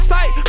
Sight